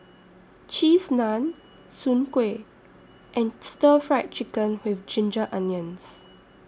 Cheese Naan Soon Kway and Stir Fried Chicken with Ginger Onions